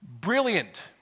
Brilliant